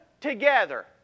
together